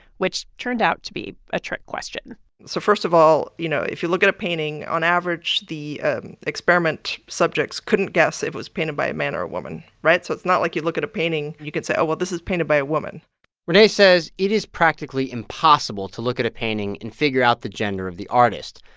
which turned out to be a trick question so first of all, you know, if you look at a painting, on average, the experiment subjects couldn't guess if it was painted by a man or a woman, right? so it's not like you look at a painting and you can say, oh, well, this was painted by a woman renee says it is practically impossible to look at a painting and figure out the gender of the artist.